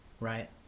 right